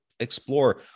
Explore